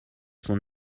son